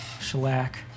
shellac